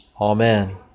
Amen